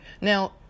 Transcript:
Now